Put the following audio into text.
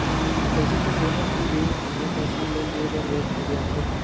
अइसे तो कोनो भी बेंक ह परसनल लोन देय बर ढेरियाथे